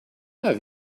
have